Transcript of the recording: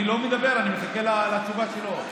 אני לא מדבר, אני מחכה לתשובה שלו.